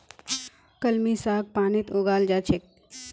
कलमी साग पानीत उगाल जा छेक